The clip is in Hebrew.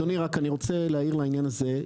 אדוני רק אני רוצה להעיר לעניין הזה,